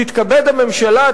תתכבד הממשלה,